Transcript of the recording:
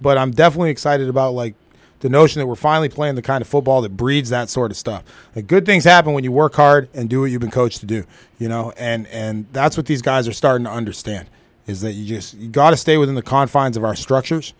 but i'm definitely excited about like the notion that we're finally playing the kind of football that breeds that sort of stuff the good things happen when you work hard and do what you've been coached to do you know and that's what these guys are starting to understand is that you got to stay within the confines of our structures